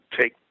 take